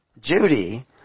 Judy